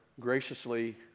graciously